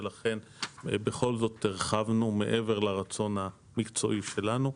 ולכן בכל זאת הרחבנו מעבר לרצון המקצועי שלנו.